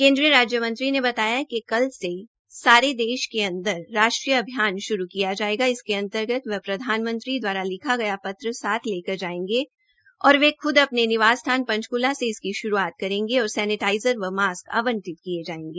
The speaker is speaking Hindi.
केंद्रीय राज्यमंत्री ने बताया कि कल से सारे देश के अंदर राष्ट्रीय अभियान शुरू किया जाएगा इसके अंतर्गत वह प्रधानमंत्री नरेंद्र मोदी द्वारा लिखा गया पत्र साथ लेकर जाएंगे और वह खुद अपने निवास स्थान पंचकूला से इसकी शुरुआत करेगे और सेनेटाइजर व मास्क आबंटित किए जाएंगे